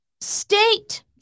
state